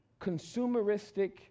consumeristic